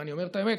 ואני אומר את האמת,